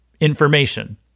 information